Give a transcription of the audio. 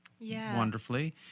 wonderfully